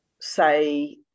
say